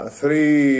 three